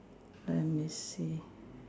let me see